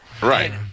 right